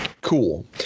Cool